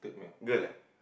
girl eh